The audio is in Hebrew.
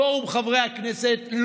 פורום חברי הכנסת,